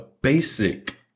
basic